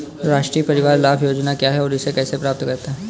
राष्ट्रीय परिवार लाभ परियोजना क्या है और इसे कैसे प्राप्त करते हैं?